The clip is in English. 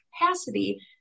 capacity